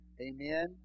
Amen